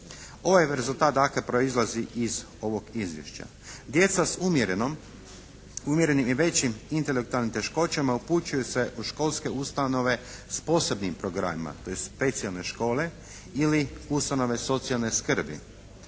Ovaj rezultat dakle proizlazi iz ovog izvješća. Djeca s umjerenom, umjerenim i većim intelektualnim teškoćama upućuju se u školske ustanove s posebnim programima, tj. specijalne škole ili ustanove socijalne skrbi.